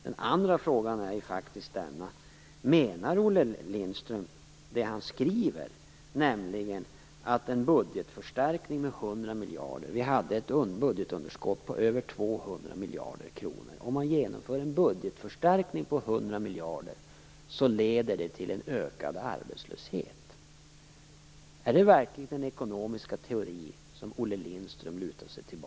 Den andra frågan är: Menar Olle Lindström det han skriver om en budgetförstärkning med 100 miljarder? Vi hade ett budgetunderskott på över 200 miljarder kronor. Om man genomför en budgetförstärkning på 100 miljarder leder det alltså till en ökad arbetslöshet? Är det verkligen den ekonomiska teori som Olle Lindström lutar sig mot?